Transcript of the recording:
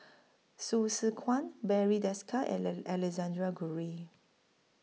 Hsu Tse Kwang Barry Desker and Alexander Guthrie